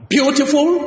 Beautiful